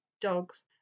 dogs